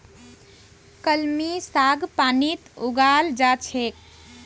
कलमी साग पानीत उगाल जा छेक